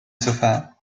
sofa